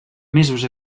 mesos